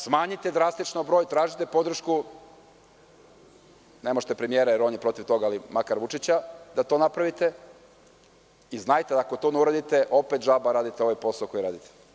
Smanjite drastično broj, tražite podršku, ne možete premijera jer je on protiv toga, ali makar Vučića, da to napravite i znajte, ako to ne uradite, opet džabe radite ovaj posao koji radite.